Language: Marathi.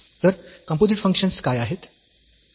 तर कंपोझिट फंक्शन्स काय आहेत